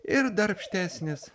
ir darbštesnis